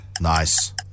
Nice